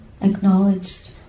acknowledged